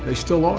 ah still um